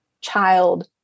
child